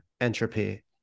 entropy